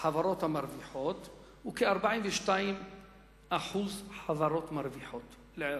החברות המרוויחות הוא כ-42% חברות מרוויחות לערך.